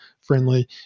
friendly